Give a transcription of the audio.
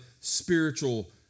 spiritual